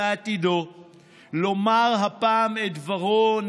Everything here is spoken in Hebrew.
ואז הבחירות היו אמורות להיערך ב-10